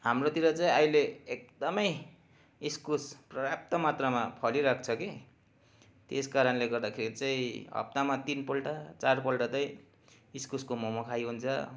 हाम्रोतिर चाहिँ अहिले एकदमै इस्कुस पर्याप्त मात्रामा फलिरहेक छ कि त्यस कारणले गर्दाखेरि चाहिँ हप्तामा तिनपल्ट चारपल्ट त्यही इस्कुसको मोमो खाइ हुन्छ